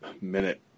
Minute